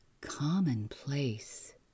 commonplace